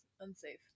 unsafe